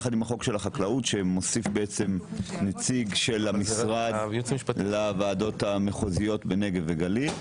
חוק שמוסיף נציג של המשרד לוועדות המחוזיות בנגב וגליל,